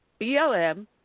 BLM